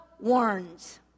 warns